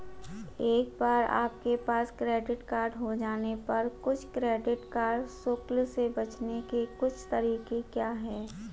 एक बार आपके पास क्रेडिट कार्ड हो जाने पर कुछ क्रेडिट कार्ड शुल्क से बचने के कुछ तरीके क्या हैं?